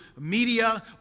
media